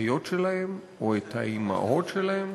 האחיות שלהן או את האימהות שלהן.